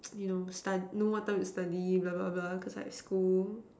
you know study know what time you study blah blah blah because like school